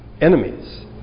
Enemies